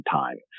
time